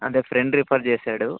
అంటే friend refer చేశాడు